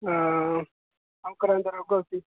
आं अं'ऊ करांदा रौंहदा उसी